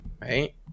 right